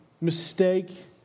mistake